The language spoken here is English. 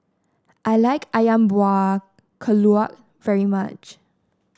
I like ayam Buah Keluak very much